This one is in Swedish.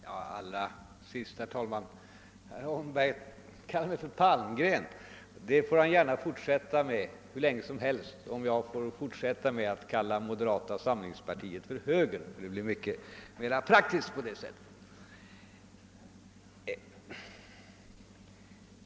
Herr talman! Till sist bara några ord! Herr Holmberg kallar mig för Palmgren och det får han gärna göra hur länge som helst, om jag får fortsätta att kalla moderata samlingspartiet för högern. Det blir mycket mera praktiskt på det sättet.